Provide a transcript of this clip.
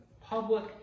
public